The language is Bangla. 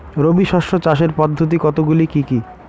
রবি শস্য চাষের পদ্ধতি কতগুলি কি কি?